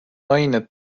ained